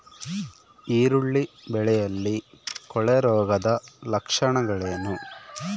ಈರುಳ್ಳಿ ಬೆಳೆಯಲ್ಲಿ ಕೊಳೆರೋಗದ ಲಕ್ಷಣಗಳೇನು?